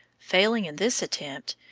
failing in this attempt,